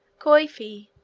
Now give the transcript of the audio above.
coifi,